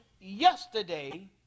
yesterday